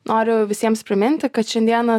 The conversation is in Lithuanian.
noriu visiems priminti kad šiandieną